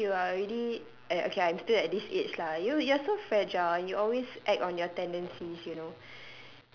at that age you are already at okay I'm still at this age lah you you're so fragile and you always act on your tendencies you know